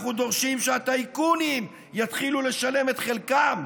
אנחנו דורשים שהטייקונים יתחילו לשלם את חלקם,